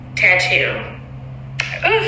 tattoo